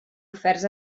oferts